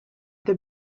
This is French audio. the